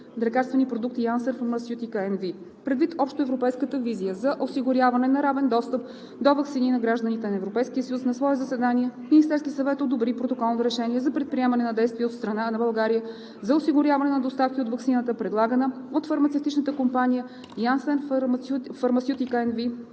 лекарствени продукти Janssen Pharmaceutica NV. Предвид общоевропейската визия за осигуряване на равен достъп до ваксини на гражданите на Европейския съюз на свое заседание Министерският съвет одобри протоколно решение за предприемане на действия от страна на България за осигуряване на доставки от ваксината, предлагана от фармацевтичната компания Janssen